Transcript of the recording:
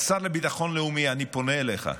השר לביטחון לאומי, אני פונה אליך,